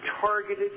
targeted